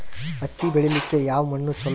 ಹತ್ತಿ ಬೆಳಿಲಿಕ್ಕೆ ಯಾವ ಮಣ್ಣು ಚಲೋರಿ?